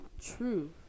true